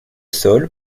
sol